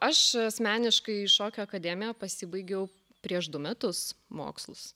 aš asmeniškai šokio akademiją pasibaigiau prieš du metus mokslus